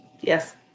Yes